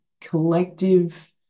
collective